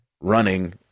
running